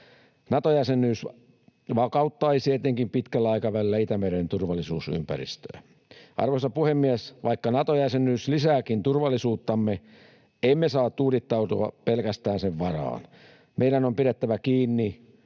Nato-jäsenyys vakauttaisi etenkin pitkällä aikavälillä Itämeren turvallisuus-ympäristöä. Arvoisa puhemies! Vaikka Nato-jäsenyys lisääkin turvallisuuttamme, emme saa tuudittautua pelkästään sen varaan. Meidän on pidettävä kiinni